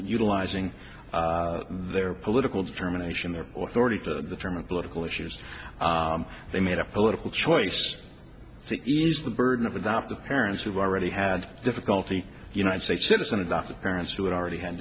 utilizing their political determination there for thirty to term and political issues they made a political choice to ease the burden of adoptive parents who already had difficulty united states citizen adoptive parents who had already had